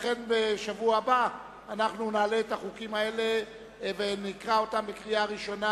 לכן בשבוע הבא נעלה את החוקים האלה ונקרא אותם בקריאה ראשונה,